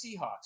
Seahawks